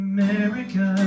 America